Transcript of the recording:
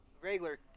regular